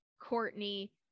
courtney